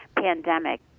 pandemic